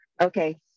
Okay